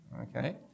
Okay